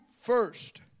first